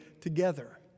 together